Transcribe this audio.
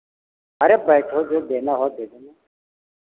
अरे बैठो जो देना हो दे देना